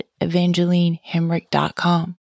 EvangelineHemrick.com